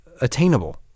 attainable